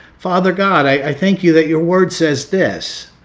father, god, i thank you that your word says this,